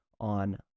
on